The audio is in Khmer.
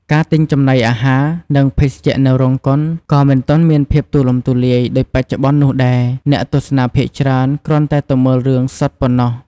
ការទិញចំណីអាហារ និងភេសជ្ជៈនៅរោងកុន ក៏មិនទាន់មានភាពទូលំទូលាយ ដូចបច្ចុប្បន្ននោះដែរ អ្នកទស្សនាភាគច្រើនគ្រាន់តែទៅមើលរឿងសុទ្ធប៉ុណ្ណោះ ។